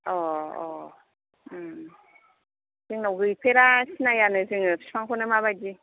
अ अ जोंनाव गैफेरा सिनायानो जोङो बिफांखौनो माबायदि